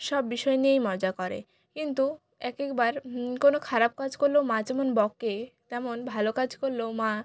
সব বিষয় নিয়েই মজা করে কিন্তু এক এক বার কোনো খারাপ কাজ করলেও মা যেমন বকে তেমন ভালো কাজ করলেও মা